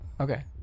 Okay